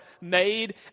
made